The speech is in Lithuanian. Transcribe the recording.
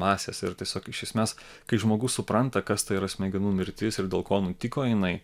masės ir tiesiog iš esmės kai žmogus supranta kas tai yra smegenų mirtis ir dėl ko nutiko jinai